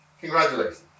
congratulations